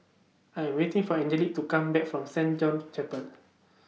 I Am waiting For Angelic to Come Back from Saint John's Chapel